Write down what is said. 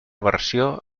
versió